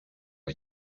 rez